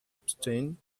abstain